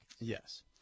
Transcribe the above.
Yes